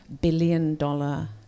billion-dollar